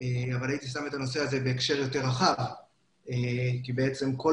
אבל הייתי שם את הנושא הזה בהקשר יותר רחב כי בעצם כל